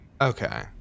okay